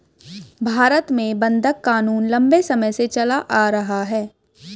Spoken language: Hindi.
भारत में बंधक क़ानून लम्बे समय से चला आ रहा है